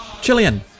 Chilean